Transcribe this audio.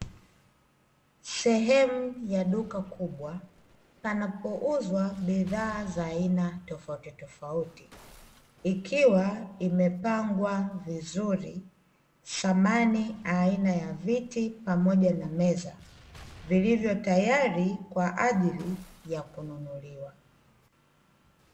Sehemu ya duka kubwa panapouzwa bidhaa za aina tofautitofauti, ikiwa imepangwa vizuri samani aina ya viti pamoja na meza vilivyo tayari kwa ajili ya kununuliwa.